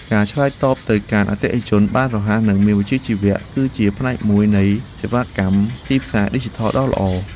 ការឆ្លើយតបទៅកាន់អតិថិជនបានរហ័សនិងមានវិជ្ជាជីវៈ គឺជាផ្នែកមួយនៃសេវាកម្មទីផ្សារឌីជីថលដ៏ល្អ។